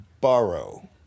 borrow